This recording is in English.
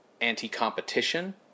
anti-competition